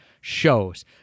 shows